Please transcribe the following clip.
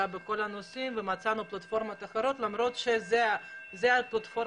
בכל הנושאים ומצאנו פלטפורמות אחרות למרות שזו הפלטפורמה,